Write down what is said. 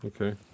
Okay